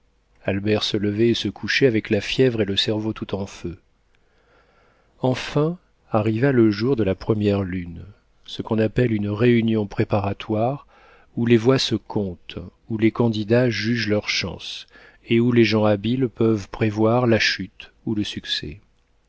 albert se levait et se couchait avec la fièvre et le cerveau tout en feu enfin arriva le jour de la première lutte ce qu'on appelle une réunion préparatoire où les voix se comptent où les candidats jugent leurs chances et où les gens habiles peuvent prévoir la chute ou le succès